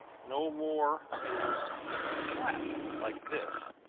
no more is it flat, like this,